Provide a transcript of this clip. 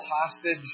hostage